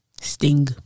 sting